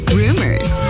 rumors